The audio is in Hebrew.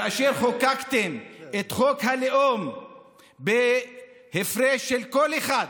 כאשר חוקקתם את חוק הלאום בהפרש של קול אחד,